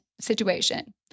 situation